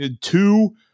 two